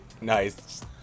Nice